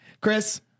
chris